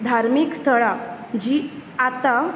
धार्मीक स्थळां जी आता